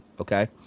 okay